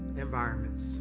environments